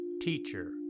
Teacher